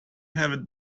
have